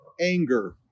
anger